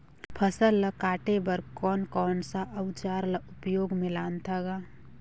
फसल ल काटे बर कौन कौन सा अउजार ल उपयोग में लानथा गा